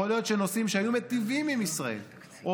יכול להיות שנושאים שהיו מיטיבים עם ישראל או